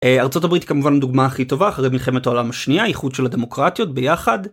ארצות הברית כמובן דוגמה הכי טובה אחרי מלחמת העולם השנייה איחוד של הדמוקרטיות ביחד.